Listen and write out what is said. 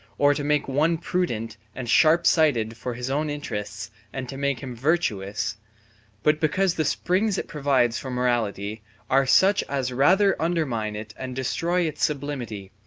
or to make one prudent and sharp-sighted for his own interests and to make him virtuous but because the springs it provides for morality are such as rather undermine it and destroy its sublimity,